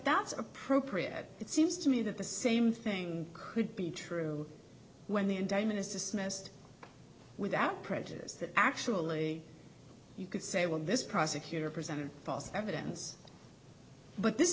that's appropriate it seems to me that the same thing could be true when the indictment is dismissed without prejudice that actually you could say when this prosecutor presented false evidence but this